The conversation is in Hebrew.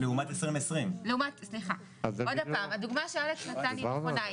לעומת 2020. הדוגמה שאלכס נתן היא נכונה.